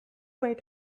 might